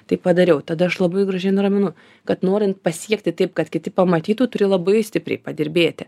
taip padariau tada aš labai gražiai nuraminu kad norin pasiekti taip kad kiti pamatytų turi labai stipriai padirbėti